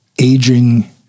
aging